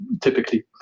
typically